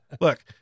Look